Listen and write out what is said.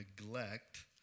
neglect